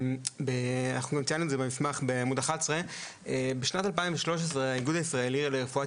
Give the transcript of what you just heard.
אנחנו גם ציינו את זה במסמך בעמוד 11. בשנת 2013 האיגוד הישראלי לרפואת